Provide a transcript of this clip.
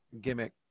gimmick